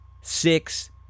Six